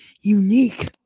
unique